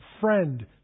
friend